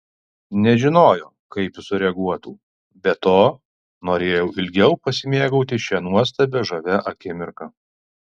nežinojo kaip jis sureaguotų be to norėjau ilgiau pasimėgauti šia nuostabiai žavia akimirka